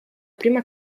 prima